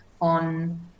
on